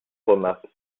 remarque